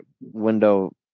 window